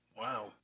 Wow